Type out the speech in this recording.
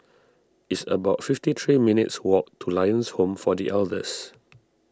it's about fifty three minutes' walk to Lions Home for the Elders